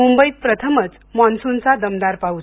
मुंबईत प्रथमच मान्सूनचा दमदार पाऊस